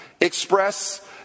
express